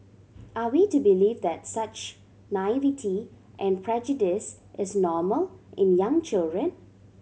are we to believe that such naivety and prejudice is normal in young children